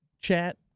chat